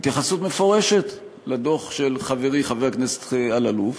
התייחסות מפורשת לדוח של חברי חבר הכנסת אלאלוף,